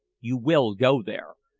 you will go there,